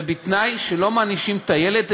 זה בתנאי שלא מענישים את הילד,